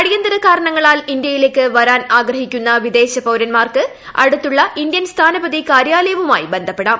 അട്ടിയിന്തര് കാരണങ്ങളാൽ ഇന്തൃയിലേക്ക് വരാൻ ആഗ്രഹിക്കുന്ന വ്ലീദ്ദേശ് പൌരന്മാർക്ക് അടുത്തുള്ള ഇന്ത്യൻ സ്ഥാനപതി കാര്യാലയവുമായി ബന്ധപ്പെടാം